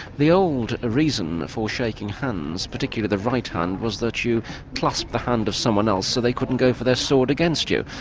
the old reason for shaking hands, particularly the right hand, was that you clasped the hand of someone else so they couldn't go for their sword against you,